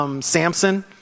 Samson